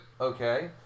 Okay